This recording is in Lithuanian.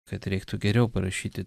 kad reiktų geriau parašyti